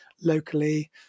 locally